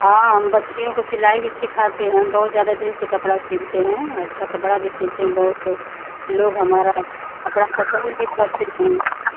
हाँ हम बच्चियों को सिलाई भी सिखाते हैं हम बहुत ज़्यादा दिन से कपड़ा सिलते हैं अच्छा कपड़ा भी सिलते हैं बहुत लोग लोग हमारा कपड़ा पसंद भी करते हैं